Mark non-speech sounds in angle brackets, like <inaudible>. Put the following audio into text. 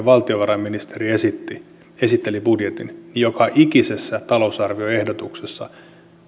<unintelligible> valtiovarainministeri esitteli budjetin joka ikisessä talousarvioehdotuksessa